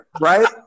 right